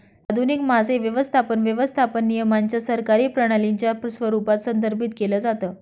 आधुनिक मासे व्यवस्थापन, व्यवस्थापन नियमांच्या सरकारी प्रणालीच्या स्वरूपात संदर्भित केलं जातं